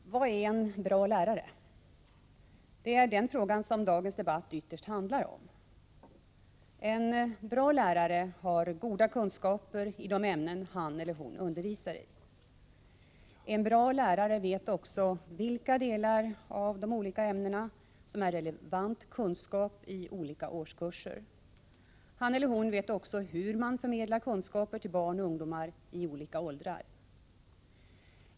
Fru talman! Vad är en bra lärare? Det är den frågan som dagens debatt ytterst handlar om. En bra lärare har goda kunskaper i de ämnen han eller hon undervisar i. En bra lärare vet också vilka delar av de olika ämnena som är relevant kunskap i olika årskurser. Han eller hon vet också hur man förmedlar kunskaper till barn och ungdomar i olika åldrar.